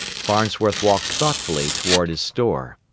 farnsworth walked thoughtfully toward his store.